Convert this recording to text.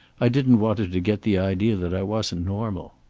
i didn't want her to get the idea that i wasn't normal.